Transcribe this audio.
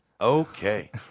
Okay